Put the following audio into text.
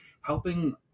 helping